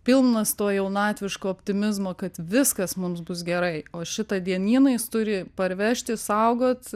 pilnas to jaunatviško optimizmo kad viskas mums bus gerai o šitą dienyną jis turi parvežt išsaugot